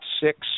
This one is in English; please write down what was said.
six